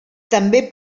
també